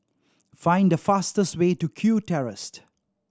find the fastest way to Kew